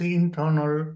internal